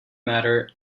matter